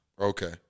Okay